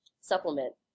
supplement